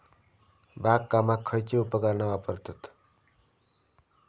बागकामाक खयची उपकरणा वापरतत?